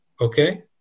okay